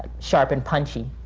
sharp and punchy.